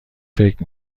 فکر